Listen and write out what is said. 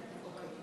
חד"ש